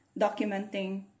documenting